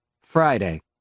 Friday